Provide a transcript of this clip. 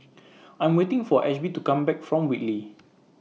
I'm waiting For Ashby to Come Back from Whitley